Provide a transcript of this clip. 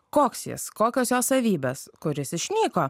koks jis kokios jo savybės kur jis išnyko